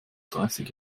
dreißig